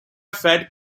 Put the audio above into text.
fed